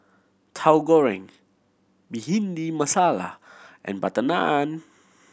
Tahu Goreng Bhindi Masala and butter naan